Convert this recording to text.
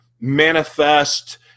manifest